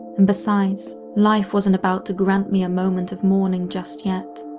and besides, life wasn't about to grant me a moment of morning just yet.